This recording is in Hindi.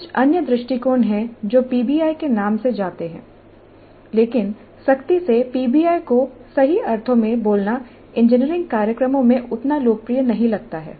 कुछ अन्य दृष्टिकोण हैं जो पीबीआई के नाम से जाते हैं लेकिन सख्ती से पीबीआई को सही अर्थों में बोलना इंजीनियरिंग कार्यक्रमों में उतना लोकप्रिय नहीं लगता है